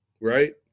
Right